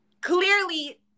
clearly